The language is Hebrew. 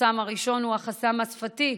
החסם הראשון הוא החסם השפתי,